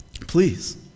Please